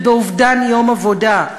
ובאובדן יום עבודה.